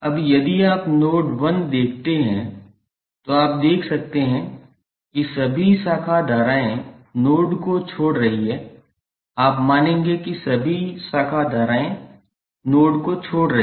अब यदि आप नोड 1 देखते हैं तो आप देख सकते हैं कि सभी शाखा धाराएँ नोड को छोड़ रही हैं आप मानेंगे कि सभी शाखा धाराएँ नोड को छोड़ रही हैं